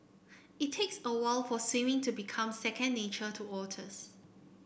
it takes a while for swimming to become second nature to otters